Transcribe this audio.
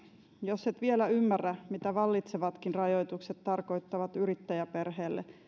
jos et vielä ymmärrä mitä vallitsevatkin rajoitukset tarkoittavat yrittäjäperheelle